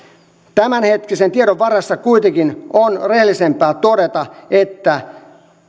tämänhetkisen tiedon varassa kuitenkin on rehellisempää todeta että